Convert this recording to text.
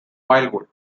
wildwood